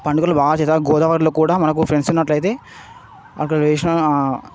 పండుగలు బాగా చేస్తా అక్కడ గోదావరిలో కూడా మనకు ఫ్రెండ్స్ ఉన్నట్లయితే అక్కడ విష